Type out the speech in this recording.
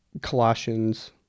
Colossians